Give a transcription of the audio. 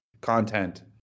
content